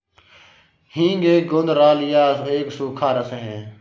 हींग एक गोंद राल या एक सूखा रस है